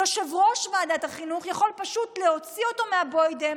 יושב-ראש ועדת החינוך יכול פשוט להוציא אותו מהבוידעם